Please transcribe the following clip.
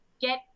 get